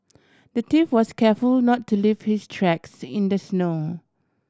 the thief was careful not to leave his tracks in the snow